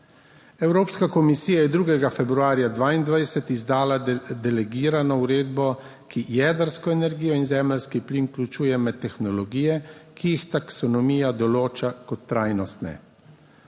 Evropska komisija je 2. februarja 2022 izdala delegirano uredbo, ki jedrsko energijo in zemeljski plin vključuje med tehnologije, ki jih taksonomija določa kot trajnostne.